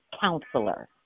counselor